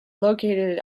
located